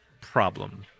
problem